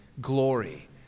glory